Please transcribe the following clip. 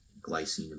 glycine